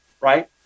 right